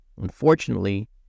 Unfortunately